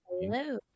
Hello